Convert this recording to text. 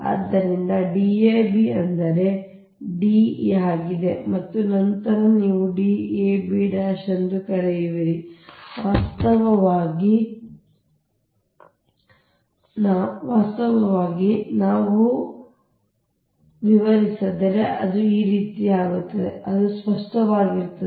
ಆದ್ದರಿಂದ Dab ಅಂದರೆ D ಯಾಗಿದೆ ಮತ್ತು ನಂತರ ನೀವು Dab ಎಂದು ಕರೆಯುವಿರಿ ವಾಸ್ತವವಾಗಿ ನಾನು ವಿವರಿಸಿದರೆ ಅದು ಈ ರೀತಿಯಾಗಿರುತ್ತದೆ ಅದು ಸ್ಪಷ್ಟವಾಗಿರುತ್ತದೆ